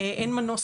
אין מנוס,